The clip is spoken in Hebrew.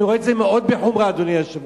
אני רואה את זה מאוד בחומרה, אדוני היושב-ראש,